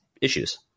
issues